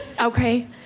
Okay